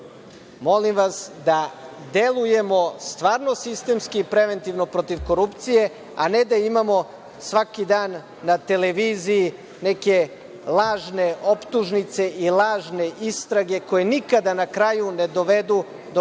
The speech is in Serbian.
vas da delujemo stvarno sistemski preventivno protiv korupcije, a ne da imamo svaki dan na televiziji neke lažne optužnice i lažne istrage koje nikada na kraju ne dovedu do